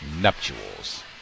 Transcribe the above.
nuptials